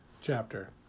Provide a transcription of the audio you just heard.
chapter